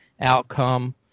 outcome